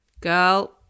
Girl